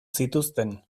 zituzten